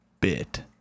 bit